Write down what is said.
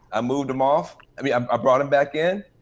i moved them off. i mean, um i brought them back in.